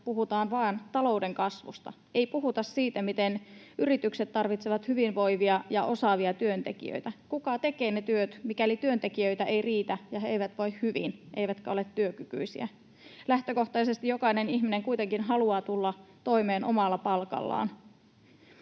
puhutaan vaan talouden kasvusta. Ei puhuta siitä, miten yritykset tarvitsevat hyvinvoivia ja osaavia työntekijöitä. Kuka tekee ne työt, mikäli työntekijöitä ei riitä ja he eivät voi hyvin eivätkä ole työkykyisiä? Lähtökohtaisesti jokainen ihminen kuitenkin haluaa tulla toimeen omalla palkallaan.